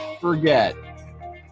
forget